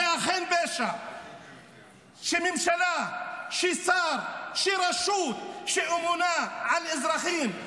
זה אכן פשע שממשלה, ששר, שרשות שאמונה על אזרחים,